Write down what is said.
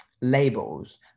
labels